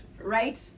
right